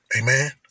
Amen